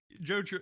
Joe